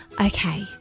Okay